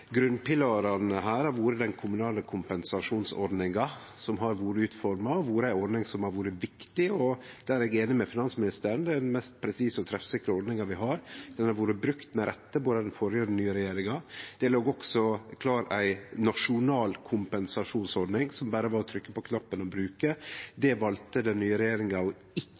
her har vore den kommunale kompensasjonsordninga som har vore forma ut. Det er ei ordning som har vore viktig. Der er eg einig med finansministeren, det er den mest presise og treffsikre ordninga vi har. Ho har vore brukt med rette av både den førre og den nye regjeringa. Det låg også klar ei nasjonal kompensasjonsordning. Det var berre å trykkje på knappen og bruke ho. Det valde den nye regjeringa å ikkje